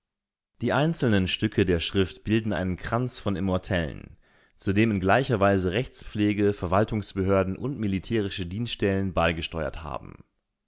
die einzelnen stücke der schrift bilden einen kranz von immortellen zu dem in gleicher weise rechtspflege verwaltungsbehörden und militärische dienststellen beigesteuert haben